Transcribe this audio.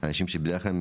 אנשים שבדרך כלל,